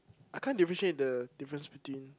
I can't differentiate the difference between